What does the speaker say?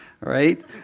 right